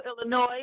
Illinois